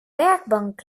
werkbank